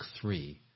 three